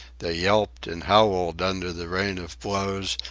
they yelped and howled under the rain of blows,